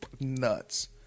nuts